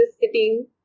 sitting